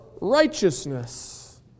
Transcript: Righteousness